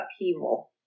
upheaval